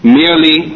merely